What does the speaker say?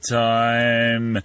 time